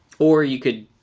or you could,